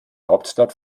hauptstadt